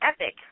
epic